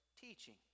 teaching